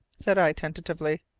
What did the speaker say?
said i, tentatively.